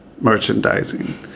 merchandising